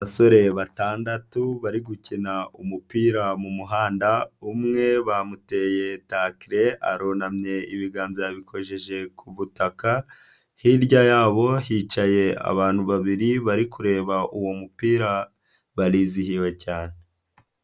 Abasore batandatu bari gukina umupira mu muhanda, umwe bamuteye takele, arunamye ibiganza yabikojeje ku butaka, hirya yabo hicaye abantu babiri bari kureba uwo mupira, barizihiwe cyane.